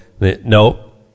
Nope